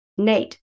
Nate